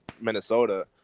Minnesota